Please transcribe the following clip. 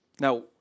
Now